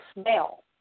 smell